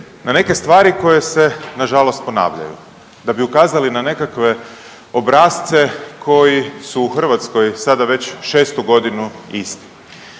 na neke stvari koje se nažalost ponavljaju, da bi ukazali na nekakve obrasce koji su u Hrvatskoj sada već šestu godinu isti,